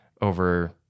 over